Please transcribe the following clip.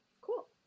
Cool